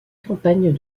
campagnes